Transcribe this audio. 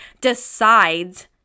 decides